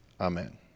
Amen